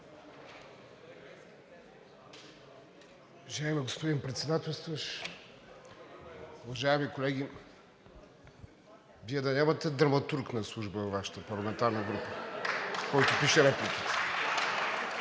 Уважаеми господин Председателстващ, уважаеми колеги! Вие да нямате драматург на служба във Вашата парламентарна група, който пише репликите?